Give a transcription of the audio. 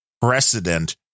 precedent